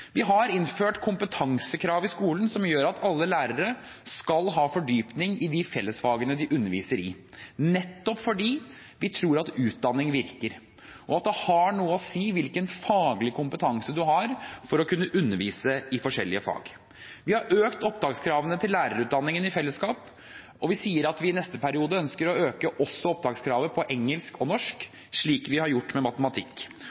Vi har innført kompetansekrav i skolen som gjør at alle lærere skal ha fordypning i fellesfagene de underviser i – nettopp fordi vi tror at utdanning virker, og at det har noe å si hvilken faglig kompetanse man har for å kunne undervise i forskjellig fag. Vi har økt opptakskravene til lærerutdanningen i fellesskap, og vi sier at vi i neste periode ønsker å øke også opptakskravet i engelsk og norsk, slik vi har gjort i matematikk.